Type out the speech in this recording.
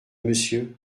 monsieur